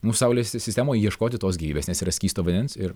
mūsų saulės sistemoj ieškoti tos gyvybės nes yra skysto vandens ir